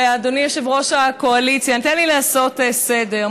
יושב-ראש הקואליציה, תן לי לעשות סדר.